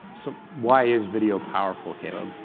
so why is video powerful, caleb?